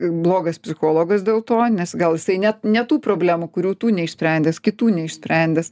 blogas psichologas dėl to nes gal jisai ne ne tų problemų kurių tu neišsprendęs kitų neišsprendęs